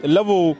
Level